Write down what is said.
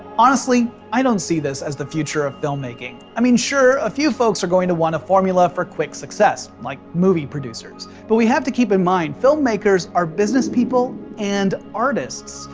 honestly, i don't see this is as the future of filmmaking. i mean, sure, a few folks are going to want a formula for quick success, like movie producers. but we have to keep in mind filmmakers are business people and artists,